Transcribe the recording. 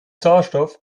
sauerstoff